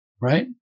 right